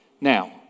Now